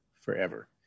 forever